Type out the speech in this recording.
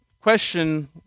question